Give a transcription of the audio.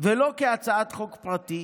ולא כהצעת חוק פרטית,